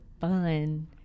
fun